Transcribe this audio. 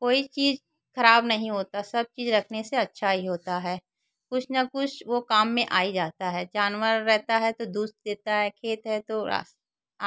कोई चीज़ ख़राब नहीं होती सब चीज़ रखने से अच्छा ही होता है कुछ ना कुछ वह काम में आई जाता है जानवर रहता है तो दूध देता है खेत है तो